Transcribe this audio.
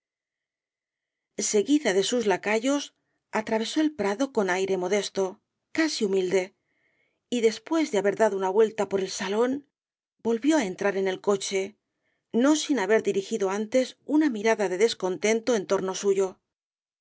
vinca rúa seguida de sus lacayos atravesó el prado con aire modesto casi humilde y después de haber dado una vuelta por el salón volvió á entrar en el coche no sin haber dirigido antes una mirada de descontento en torno suyo